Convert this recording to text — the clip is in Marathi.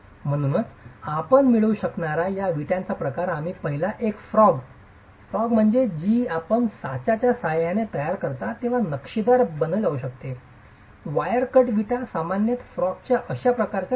म्हणूनच आपण मिळवू शकणार्या या विटाचा प्रकार आम्ही पाहिला एक फ्रॉग जी आपण साचाच्या सहाय्याने तयार करता तेव्हा नक्षीदार बनविली जाऊ शकते वायर कट विटा सामान्यत फ्रॉगच्या अशा प्रकारच्या नसतात